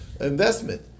investment